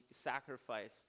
sacrificed